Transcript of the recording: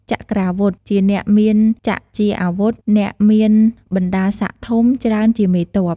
ចក្រាវុធ ជាអ្នកមានចក្រជាអាវុធ អ្នកមានបណ្តាស័ក្តិធំ ច្រើនជាមេទ័ព ។